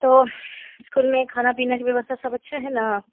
तो इस्कूल में खाना पीना की ब्यवस्था सब अच्छी है ना